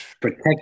protect